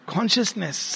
Consciousness